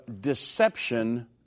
deception